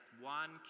one